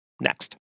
next